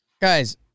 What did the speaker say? Guys